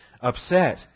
upset